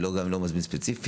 אני גם לא מזמין ספציפית.